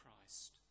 Christ